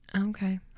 Okay